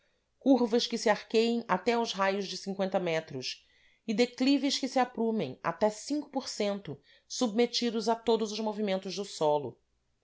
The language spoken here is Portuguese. curvas que se arqueiem até aos raios de metros e declives que se aprumem até submetidos a todos os movimentos do solo